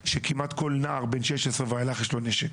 שכמעט כל נער בן 16 ואילך יש לו נשק.